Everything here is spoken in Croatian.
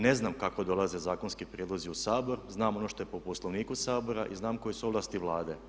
Ne znam kako dolaze zakonski prijedlozi u Sabor, znam ono što je po Poslovniku Sabora i znam koje su ovlasti Vlade.